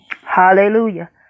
Hallelujah